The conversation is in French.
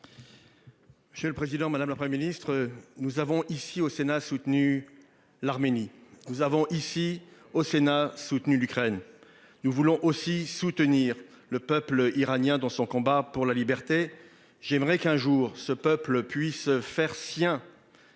Monsieur le président. Madame le 1er ministre. Nous avons ici au Sénat soutenu l'Arménie. Nous avons ici au Sénat soutenu l'Ukraine. Nous voulons aussi soutenir le peuple iranien dans son combat pour la liberté. J'aimerais qu'un jour ce peuple puisse faire sien.